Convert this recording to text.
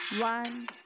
one